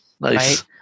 Nice